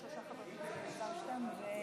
הכישלון המחפיר של ראש הממשלה בניהול המשבר